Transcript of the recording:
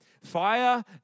Fire